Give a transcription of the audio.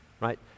right